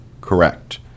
correct